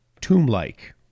tomb-like